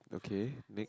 okay